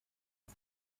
iki